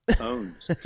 Owns